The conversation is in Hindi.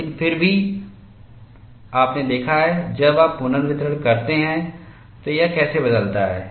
लेकिन फिर भी आपने देखा है जब आप पुनर्वितरण करते हैं तो यह कैसे बदलता है